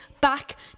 back